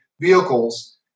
vehicles